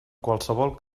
qualsevol